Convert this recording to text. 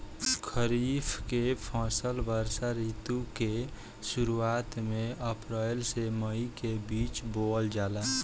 खरीफ के फसल वर्षा ऋतु के शुरुआत में अप्रैल से मई के बीच बोअल जाला